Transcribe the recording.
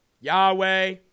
Yahweh